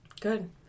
Good